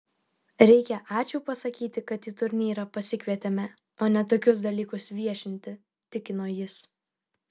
reikia ačiū pasakyti kad į turnyrą pasikvietėme o ne tokius dalykus viešinti tikino jis